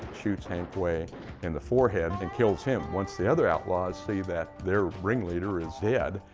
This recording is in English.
shoots hank way in the forehead and kills him. once the other outlaws see that their ring leader is dead,